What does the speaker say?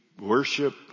worship